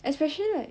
especially right